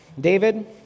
David